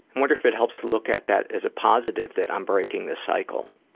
wonder if it helps to look at that as a positive that i'm breaking the cycle.